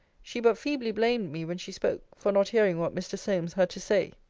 she but feebly blamed me, when she spoke, for not hearing what mr. solmes had to say.